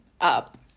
up